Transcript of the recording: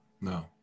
No